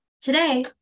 Today